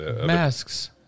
Masks